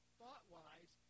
thought-wise